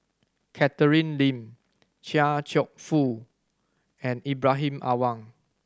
Catherine Lim Chia Cheong Fook and Ibrahim Awang